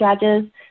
judges